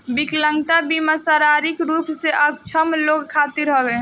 विकलांगता बीमा शारीरिक रूप से अक्षम लोग खातिर हवे